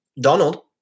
Donald